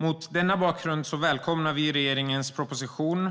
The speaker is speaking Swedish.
Mot denna bakgrund välkomnar vi regeringens proposition